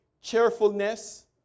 cheerfulness